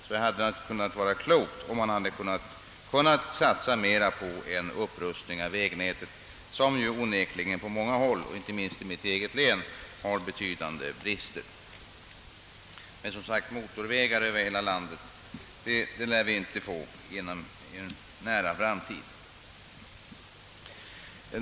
Det hade kunnat vara klokt att satsa mera på en upprustning av vägnätet, som onekligen på många håll — inte minst i mitt eget län — har betydande brister. Motorvägar över hela landet lär vi dock inte få inom en nära framtid.